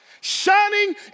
shining